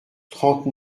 trente